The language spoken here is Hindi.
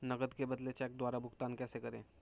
नकद के बदले चेक द्वारा भुगतान कैसे करें?